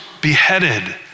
beheaded